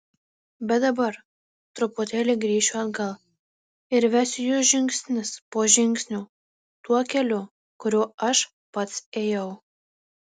bet dabar truputėlį grįšiu atgal ir vesiu jus žingsnis po žingsnio tuo keliu kuriuo aš pats ėjau